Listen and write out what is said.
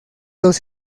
los